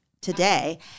today